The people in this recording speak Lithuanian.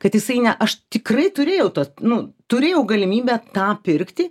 kad jisai ne aš tikrai turėjau tuos nu turėjau galimybę tą pirkti